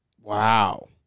Wow